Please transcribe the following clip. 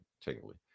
technically